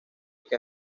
que